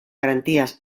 garantías